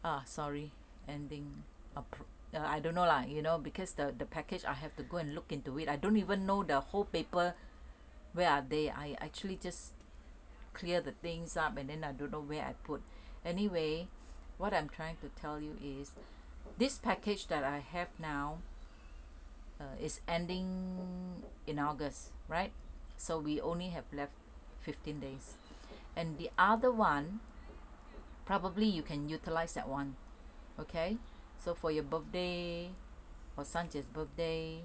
ah sorry ending appro~ err I don't know lah you know because the the package I have to go and look into it I don't even know the whole paper where are they I actually just clear the things up and then I don't know where I put anyway what I'm trying to tell you is this package that I have now err is ending in august right so we only have left fifteen days and the other [one] probably you can utilise that [one] okay so for your birthday for 三姐 birthday